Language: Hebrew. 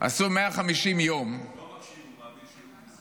עשו 150 יום, הוא לא מקשיב, הוא מעביר שיעור בזום.